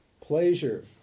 Pleasure